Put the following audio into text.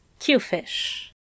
Qfish